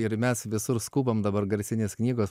ir mes visur skubam dabar garsinės knygos